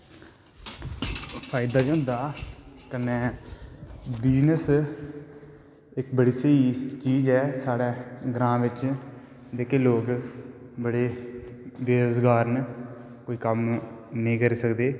फायदा बी होंदा कन्नै बिजनस इकबड़ी सहेई चीज़ ऐ साढ़ै ग्रांऽ बिच्च जेह्के लोग बड़े बेरोजगार न कोई कम्म नेंई करी सकदे